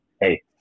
Hey